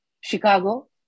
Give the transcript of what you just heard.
Chicago